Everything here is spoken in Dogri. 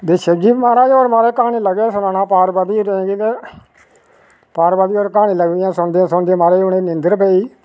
ते शिबजी महराज होर क्हानी लगे है सनाना पार्बती गी पार्बती होर कहानी लगी पेइयां सुनदे सुनदे महाराज उंहेगी नींदर पेई गेई